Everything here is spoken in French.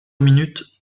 minutes